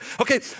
Okay